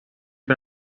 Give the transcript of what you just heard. per